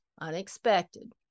unexpected